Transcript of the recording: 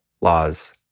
laws